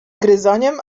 gryzoniem